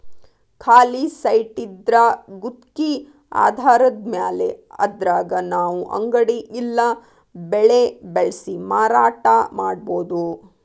ಖಾಲಿ ಸೈಟಿದ್ರಾ ಗುತ್ಗಿ ಆಧಾರದ್ಮ್ಯಾಲೆ ಅದ್ರಾಗ್ ನಾವು ಅಂಗಡಿ ಇಲ್ಲಾ ಬೆಳೆ ಬೆಳ್ಸಿ ಮಾರಾಟಾ ಮಾಡ್ಬೊದು